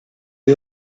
you